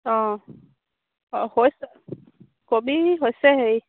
অঁ অঁ হৈছে কবি হৈছে হেৰি